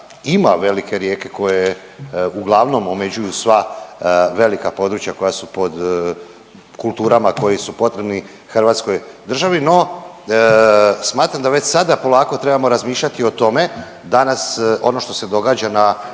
ima velike rijeke koje uglavnom omeđuju sva velika područja koja su pod kulturama koji su potrebni, no smatram da već sada polako trebamo razmišljati o tome da nas ono što se događa na